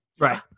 right